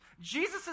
Jesus